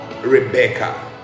Rebecca